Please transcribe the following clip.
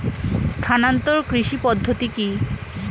স্থানান্তর কৃষি পদ্ধতি কি?